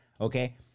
Okay